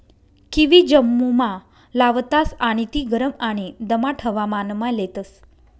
kiwi जम्मुमा लावतास आणि ती गरम आणि दमाट हवामानमा लेतस